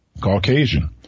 Caucasian